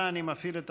מסקנות ועדת